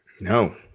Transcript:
No